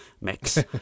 mix